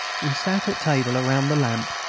we sat at table around the lamp,